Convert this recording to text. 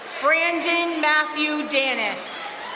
brandon matthew dennis.